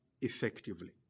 effectively